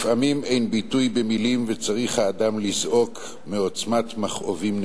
לפעמים אין ביטוי במלים וצריך האדם לזעוק מעוצמת מכאובים נאמנים.